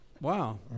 Wow